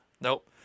Nope